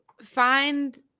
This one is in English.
find